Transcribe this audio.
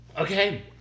Okay